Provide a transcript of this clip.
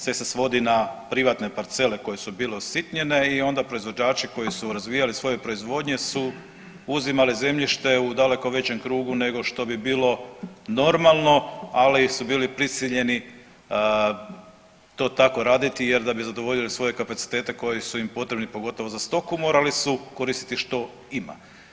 Sve se svodi na privatne parcele koje su bile usitnjene i onda proizvođači koji su razvijali svoje proizvodnje su uzimali zemljište u daleko većem krugu nego što bi bilo normalno, ali su bili prisiljeni to tako raditi jer da bi zadovoljili svoje kapacitete koji su im potrebni pogotovo za stoku morali su koristiti što ima.